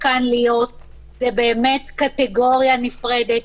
צריכה להיות קטגוריה נפרדת,